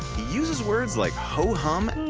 he uses words like ho-hum